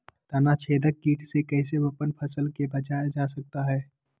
तनाछेदक किट से कैसे अपन फसल के बचाया जा सकता हैं?